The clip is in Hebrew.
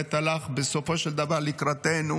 שבאמת הלך בסופו של דבר לקראתנו,